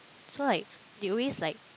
so like they always like